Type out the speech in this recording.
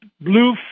blue